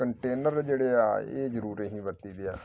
container ਜਿਹੜੇ ਆ ਇਹ ਜ਼ਰੂਰ ਅਸੀਂ ਵਰਤੀ ਦੇ ਆ